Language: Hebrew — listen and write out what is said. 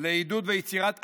לעידוד ויצירת אלימות,